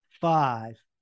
five